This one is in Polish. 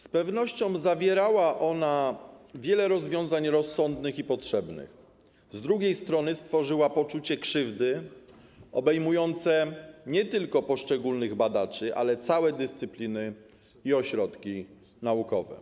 Z jednej strony zawierała ona wiele rozwiązań rozsądnych i potrzebnych, z drugiej strony stworzyła poczucie krzywdy obejmujące nie tylko poszczególnych badaczy, ale też całe dyscypliny i ośrodki naukowe.